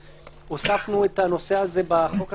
הוספנו את הנושא הזה בחוק הסמכויות.